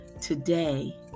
today